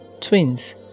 twins